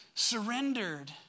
surrendered